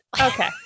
Okay